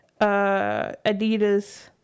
Adidas